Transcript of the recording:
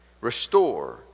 restore